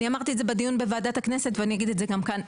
אני אמרתי את זה בדיון בוועדת הכנסת ואני אגיד את זה כבר כאן.